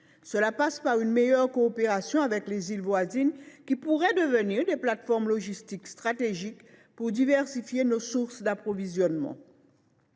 Cela passe par une meilleure coopération avec les îles voisines, qui pourraient devenir des plateformes logistiques stratégiques pour diversifier nos sources d’approvisionnement.